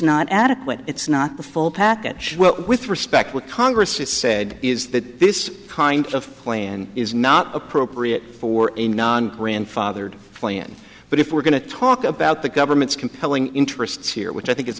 not adequate it's not the full package with respect what congress has said is that this kind of plan is not appropriate for a non grandfathered plan but if we're going to talk about the government's compelling interests here which i think it's